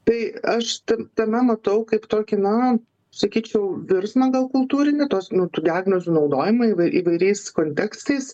tai aš tame matau kaip tokį na sakyčiau virsmą gal kultūrinį tos nu tų diagnozių naudojamą įvai įvairiais kontekstais